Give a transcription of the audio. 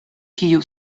kiu